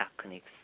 techniques